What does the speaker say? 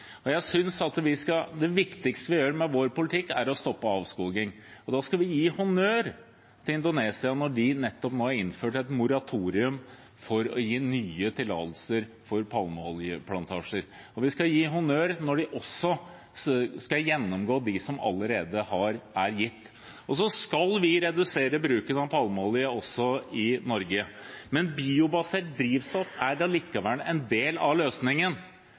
Det viktigste vi gjør med vår politikk, er å stoppe avskogingen. Da skal vi gi honnør til Indonesia når de nå nettopp har innført et moratorium for å gi nye tillatelser til palmeoljeplantasjer, og vi skal gi honnør for at de også skal gjennomgå dem som allerede er gitt. Vi skal redusere bruken av palmeolje også i Norge, men biobasert drivstoff er en del av løsningen,